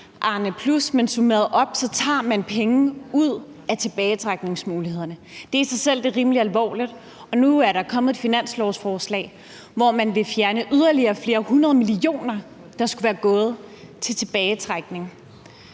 Arnepluspension, men opsummeret tager man penge ud af tilbagetrækningsmulighederne. Det i sig selv er rimelig alvorligt, og nu er der kommet et finanslovsforslag, hvor man vil fjerne yderligere flere hundrede millioner kroner, der skulle være gået til tilbagetrækning.